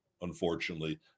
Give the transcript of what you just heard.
unfortunately